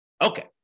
Okay